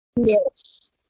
Yes